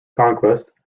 conquest